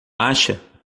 acha